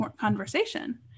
conversation